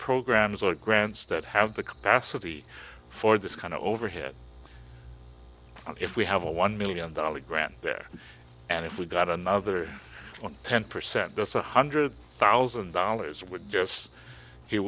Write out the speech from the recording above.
programs are grants that have the capacity for this kind of overhead if we have a one million dollars grant there and if we got another one ten percent that's one hundred thousand dollars would